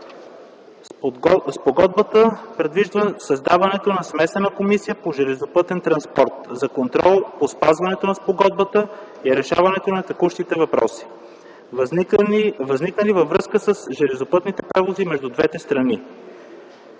Спогодбата предвижда създаването на Смесена комисия по железопътен транспорт за контрол по спазването на спогодбата и решаването на текущи въпроси, възникнали във връзка с железопътните превози между двете страни.